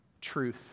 truth